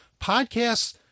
podcasts